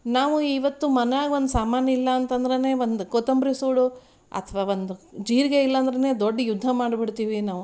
ನಾವು ಇವತ್ತು ಮನ್ಯಾಗೊಂದು ಸಾಮಾನಿಲ್ಲಂತಂದ್ರ ಒಂದು ಕೊತ್ತಂಬರಿ ಸೂಡು ಅಥ್ವ ಒಂದು ಜೀರಿಗೆ ಇಲ್ಲಾಂದ್ರ ದೊಡ್ಡ ಯುದ್ಧ ಮಾಡಿಬಿಡ್ತಿವಿ ನಾವು